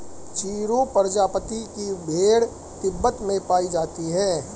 चिरु प्रजाति की भेड़ तिब्बत में पायी जाती है